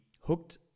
hooked